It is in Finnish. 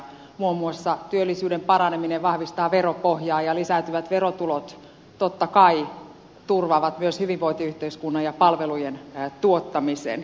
muun muassa työllisyyden paraneminen vahvistaa veropohjaa ja lisääntyvät verotulot totta kai turvaavat myös hyvinvointiyhteiskunnan ja palvelujen tuottamisen